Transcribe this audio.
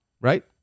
right